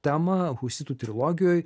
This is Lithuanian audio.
temą husitų trilogijoj